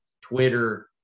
Twitter